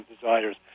desires